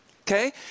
Okay